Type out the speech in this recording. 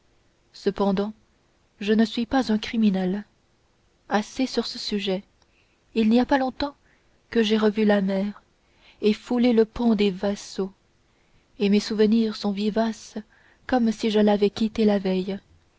cependant je ne suis pas un criminel assez sur ce sujet il n'y a pas longtemps que j'ai revu la mer et foulé le pont des vaisseaux et mes souvenirs sont vivaces comme si je l'avais quittée la veille